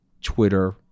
Twitter